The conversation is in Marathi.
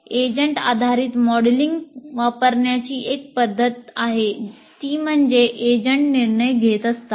एजंट आधारित मॉडेलिंग वापरण्याची एक पद्धत आहे ती म्हणजे एजंट निर्णय घेत असतात